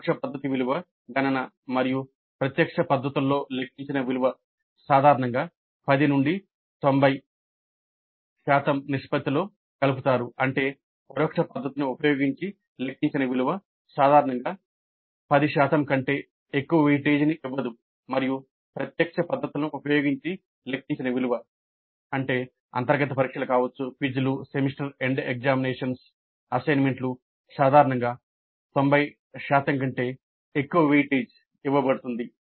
పరోక్ష పద్ధతి విలువ గణన మరియు ప్రత్యక్ష పద్ధతుల్లో లెక్కించిన విలువ సాధారణంగా 10 నుండి 90 నిష్పత్తిలో కలుపుతారు అంటే పరోక్ష పద్ధతిని ఉపయోగించి లెక్కించిన విలువ సాధారణంగా 10 శాతం కంటే ఎక్కువ వెయిటేజీని ఇవ్వదు మరియు ప్రత్యక్ష పద్ధతులను ఉపయోగించి లెక్కించిన విలువ అంతర్గత పరీక్షలు క్విజ్లు సెమిస్టర్ ఎండ్ ఎగ్జామినేషన్స్ అసైన్మెంట్లు సాధారణంగా 90 ఎక్కువ బరువు ఇవ్వబడుతుంది